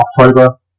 October